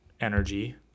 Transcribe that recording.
energy